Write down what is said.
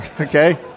Okay